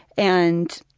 and